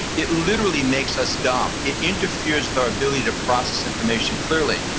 it literally makes us dumb. it interferes with our ability to process information clearly.